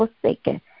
forsaken